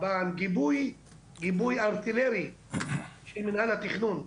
בגיבוי ארטילרי של מינהל התכנון,